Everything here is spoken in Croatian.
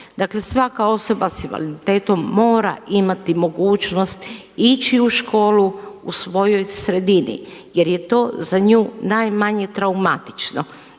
Dakle, svaka osoba s invaliditetom mora imati mogućnost ići u školu u svojoj sredini jer je to za nju najmanje traumatično.